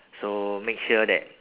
so make sure that